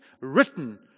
written